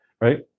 Right